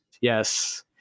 Yes